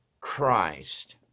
Christ